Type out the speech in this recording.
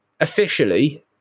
officially